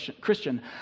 Christian